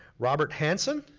robert hanson,